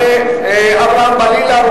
חברי הכנסת נחמן שי,